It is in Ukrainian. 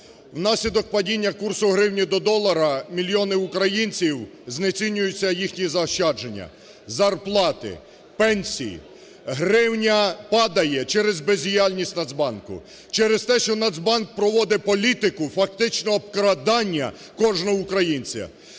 Внаслідок падіння курсу гривні до долара мільйони українців, знецінюються їхні заощадження, зарплати, пенсії. Гривня падає через бездіяльність Нацбанку. Через те, що Нацбанк проводить політику фактичного обкрадання кожного українця.